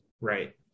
Right